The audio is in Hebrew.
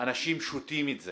אנשים שותים את זה